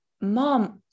mom